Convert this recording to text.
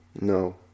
No